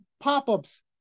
pop-ups